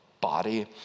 body